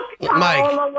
Mike